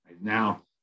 now